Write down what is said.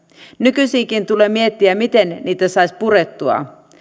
nykyisiäkin tulee miettiä miten niitä saisi purettua